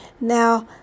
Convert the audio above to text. Now